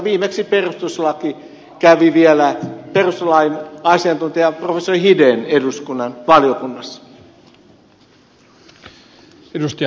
viimeksi kävi perustuslain asiantuntija professori hiden eduskunnan valiokunnassa